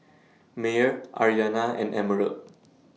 Meyer Aryanna and Emerald